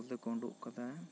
ᱵᱚᱫᱚᱞ ᱛᱮᱠᱚ ᱳᱰᱳᱠ ᱟᱠᱟᱫᱟ